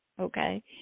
okay